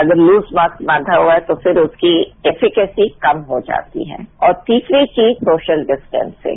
अगर loose mask बांधा हुआ है तो फिर उसकी कैपिसिटी कम हो जाती है और तीसरी चीज सोशल डिस्टेंसिंग